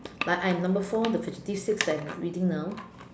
like I am number four the sixty six that I am reading now